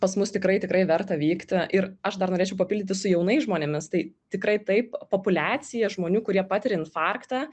pas mus tikrai tikrai verta vykti ir aš dar norėčiau papildyti su jaunais žmonėmis tai tikrai taip populiacija žmonių kurie patiria infarktą